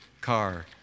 car